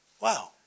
Wow